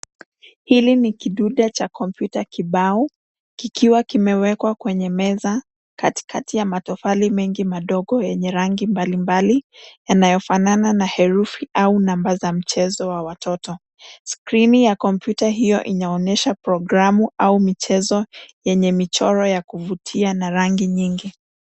Hili ni kidude cha kompyuta kibao, kikiwa kimewekwa kwenye meza, katikati ya matofali mengi madogo yenye rangi mbalimbali, yanayofanana na herufi au namba za mchezo wa watoto. Skrini ya kompyuta hiyo inaonyesha programu au michezo yenye michoro ya kuvutia na rangi nyingi.